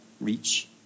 reach